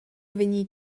vegnir